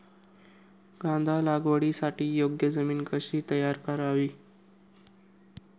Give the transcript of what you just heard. कांदा लागवडीसाठी योग्य जमीन तयार कशी करावी?